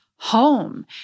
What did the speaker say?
Home